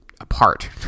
apart